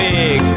Big